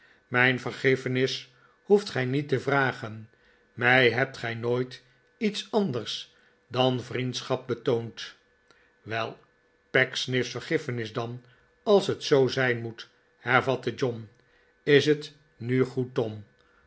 mijn vergiffenis ho eft gij niet te vragen mij hebt gij nooit iets anders dan vriendschap betoond wel pecksniff's vergiffenis dan als het zoo zijn moet hervatte john is het nu goed tom